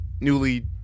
newly